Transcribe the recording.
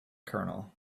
colonel